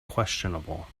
questionable